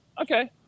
Okay